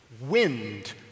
Wind